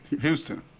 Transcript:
Houston